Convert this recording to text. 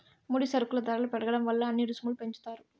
ముడి సరుకుల ధరలు పెరగడం వల్ల అన్ని రుసుములు పెంచుతారు